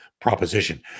proposition